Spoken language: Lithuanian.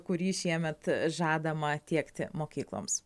kurį šiemet žadama tiekti mokykloms